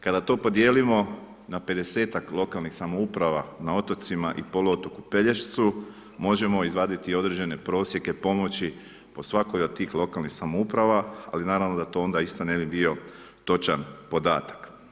Kada to podijelimo na pedesetak lokalnih samouprava na otocima i poluotoku Pelješcu možemo izvaditi i određene prosjeke pomoći po svakoj od tih lokalnih samouprava, ali naravno da to onda isto ne bi bio točan podatak.